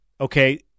Okay